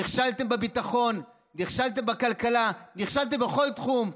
נכשלתם בביטחון, נכשלתם בכלכלה, נכשלתם בכל תחום.